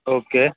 okay